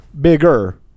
bigger